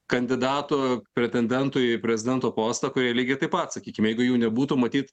kandidatų pretendentų į prezidento postą kurie lygiai taip pat sakykim jeigu jų nebūtų matyt